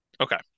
Okay